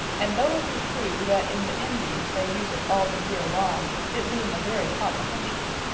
and though it be true, that, in the indies, they use it all the yeare long, it being a very hot countrey,